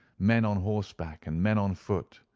men on horseback, and men on foot.